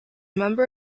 member